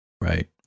Right